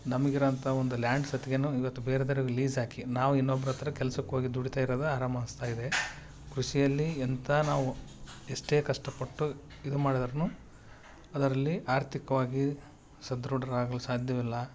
ನಮಗ್ ಇರೋವಂಥ ಒಂದು ಲ್ಯಾಂಡ್ ಸತ್ಗೆನು ಇವತ್ತು ಬೇರೆದರು ಲೀಸ್ ಹಾಕಿ ನಾವು ಇನ್ನೊಬ್ರ ಹತ್ತಿರ ಕೆಲ್ಸಕ್ಕೆ ಹೋಗಿ ದುಡಿತಾ ಇರೋದೇ ಆರಾಮು ಅನ್ಸ್ತಾ ಇದೆ ಕೃಷಿಯಲ್ಲಿ ಎಂತ ನಾವು ಎಷ್ಟೇ ಕಷ್ಟಪಟ್ಟು ಇದು ಮಾಡದರುನು ಅದರಲ್ಲಿ ಆರ್ಥಿಕವಾಗಿ ಸದೃಢರಾಗಲಿಕ್ಕೆ ಸಾಧ್ಯವಿಲ್ಲ